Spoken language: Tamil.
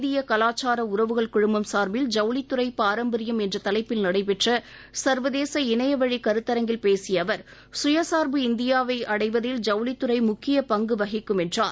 இந்திய கலாச்சார உறவுகள் குழுமம் சார்பில் ஜவுளித்துறை பாரம்பரியம் என்ற தலைப்பில் நடைபெற்ற சர்வதேச இணையவழிக் கருத்தரங்கில் பேசிய் அவர் சுயசார்பு இந்தியாவை அடைவதில் ஜவுளித்துறை முக்கிய பங்கு வகிக்கும் என்றார்